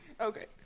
Okay